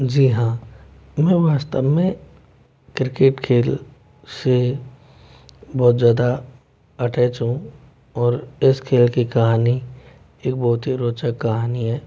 जी हाँ मैं वास्तव में क्रिकेट खेल से बहुत ज़्यादा अटैच हूँ और इस खेल की कहानी एक बहुत ही रोचक कहानी है